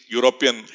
European